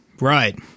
right